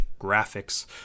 Graphics